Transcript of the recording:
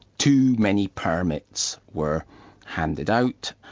too many permits were handed out.